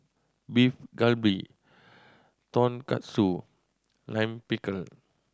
Beef Galbi Tonkatsu Lime Pickle